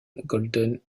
golden